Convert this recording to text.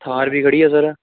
ਥਾਰ ਵੀ ਖੜ੍ਹੀ ਹੈ ਸਰ